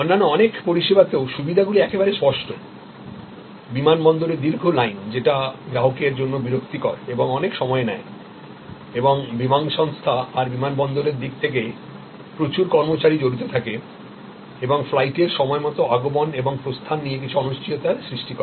অন্যান্য অনেক পরিষেবাতেও সুবিধাগুলি একেবারে স্পষ্ট বিমানবন্দরে দীর্ঘ লাইন যেটি গ্রাহকের জন্য বিরক্তিকর এবং অনেক সময় নেয় এবং বিমান সংস্থা আর বিমানবন্দরের দিক থেকে প্রচুর কর্মচারী জড়িত থাকে এবং ফ্লাইটের সময়মত আগমন এবং প্রস্থান নিয়ে কিছু অনিশ্চয়তার সৃষ্টি করে